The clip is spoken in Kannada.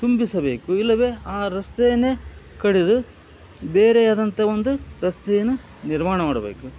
ತುಂಬಿಸಬೇಕು ಇಲ್ಲವೇ ಆ ರಸ್ತೇನೆ ಕಡಿದು ಬೇರೆಯಾದಂಥ ಒಂದು ರಸ್ತೇನ ನಿರ್ಮಾಣ ಮಾಡಬೇಕು